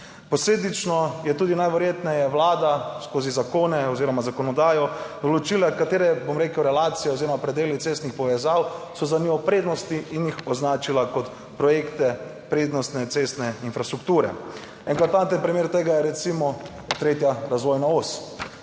Posledično je tudi najverjetneje Vlada skozi zakone oziroma zakonodajo določila katere, bom rekel, relacije oziroma predeli cestnih povezav so za njo prednosti in jih označila kot projekte prednostne cestne infrastrukture, enklatanten primer tega je recimo tretja razvojna os.